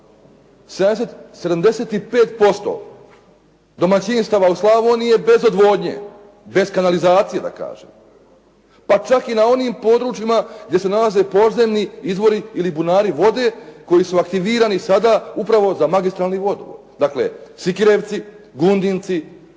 75% domaćinstava u Slavoniji je bez odvodnje, bez kanalizacije da kažem, pa čak i na onim područjima gdje se nalaze podzemni izvori ili bunari vode koji su aktivirani sada upravo za magistralni vodovod. Dakle, Sikirevci, Gundinci, Šamac,